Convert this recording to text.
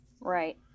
Right